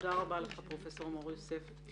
תודה רבה לך פרופסור מור יוסף.